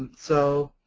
so,